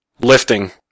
lifting